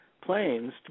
planes